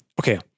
Okay